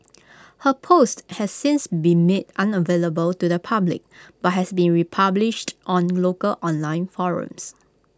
her post has since been made unavailable to the public but has been republished on local online forums